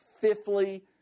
Fifthly